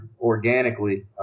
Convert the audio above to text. organically